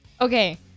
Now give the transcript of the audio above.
Okay